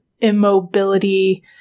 immobility